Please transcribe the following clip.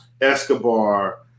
Escobar